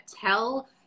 Tell